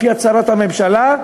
על-פי הצהרת הממשלה,